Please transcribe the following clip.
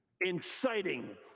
inciting